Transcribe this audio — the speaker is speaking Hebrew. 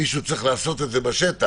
מישהו צריך לעשות את זה בשטח.